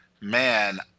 man